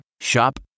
Shop